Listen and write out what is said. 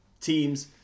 teams